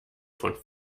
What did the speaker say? von